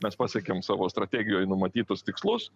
mes pasiekėm savo strategijoje numatytus tikslus